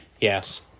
yes